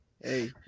hey